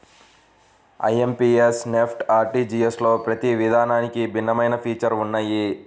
IMPS, NEFT, ఆర్టీజీయస్లలో ప్రతి విధానానికి భిన్నమైన ఫీచర్స్ ఉన్నయ్యి